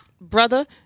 brother